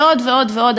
ועוד ועוד ועוד,